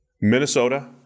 Minnesota